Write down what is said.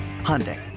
Hyundai